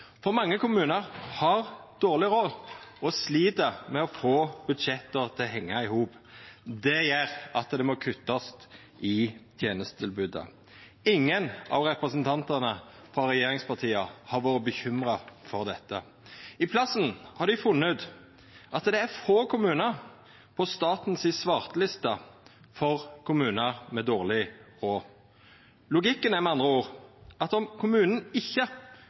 for mange kommunar har dårleg råd og slit med å få budsjettet til å henga i hop. Det gjer at det må kuttast i tenestetilbodet. Ingen av representantane for regjeringspartia har vore bekymra for dette, i staden har dei funne ut at det er få kommunar på staten si svarteliste over kommunar med dårleg råd. Logikken er med andre ord at om kommunen ikkje